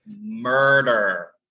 murder